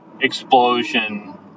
explosion